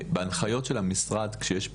תראי, בהנחיות של המשרד כשיש פגיעה,